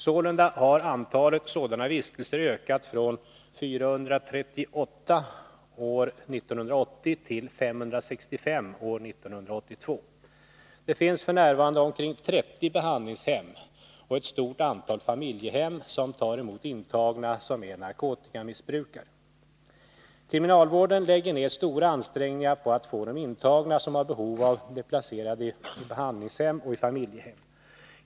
Sålunda har antalet sådana — Om förbättrade vistelser ökat från 438 år 1980 till 565 år 1982. Det finns f. n. omkring 30 behandlingsmöjligbehandlingshem samt ett stort antal familjehem som tar emot intagna som är = heter för narkotinarkotikamissbrukare. Kriminalvården lägger ned stora ansträngningar på att få de intagna som har behov av det placerade i behandlingshem och i familjehem.